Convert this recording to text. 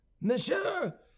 Monsieur